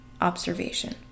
observation